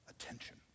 attention